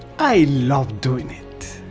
i love doing it!